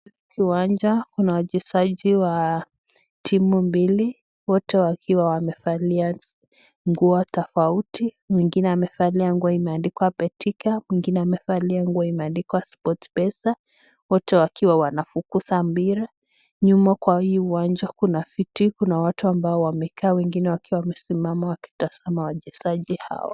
kiwanja unawachezaji watimu mbili wote wakiwa wamevalia nguo tofauti, mwengine amevalia nguo imeandikwa betika mwingine amevalia nguo imeandikwa sportpesa wote wakiwa wanafukuza mpira, nyuma kwa hii uwanja kuna viti kuna watu ambao wamekaa wengine wakiwa wamesimama wakitazama wachezaji hao